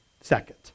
second